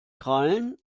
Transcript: krallen